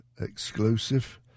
exclusive